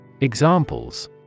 Examples